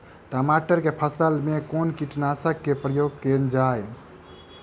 टमाटर केँ फसल मे कुन कीटनासक केँ प्रयोग कैल जाय?